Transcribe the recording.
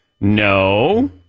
No